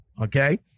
Okay